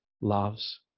loves